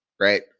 right